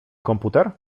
komputer